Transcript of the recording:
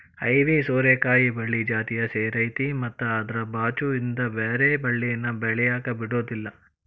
ಐವಿ ಸೋರೆಕಾಯಿ ಬಳ್ಳಿ ಜಾತಿಯ ಸೇರೈತಿ ಮತ್ತ ಅದ್ರ ಬಾಚು ಇದ್ದ ಬ್ಯಾರೆ ಬಳ್ಳಿನ ಬೆಳ್ಯಾಕ ಬಿಡುದಿಲ್ಲಾ